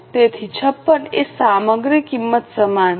તેથી 56 એ સામગ્રી કિંમત સમાન છે